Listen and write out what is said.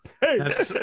Hey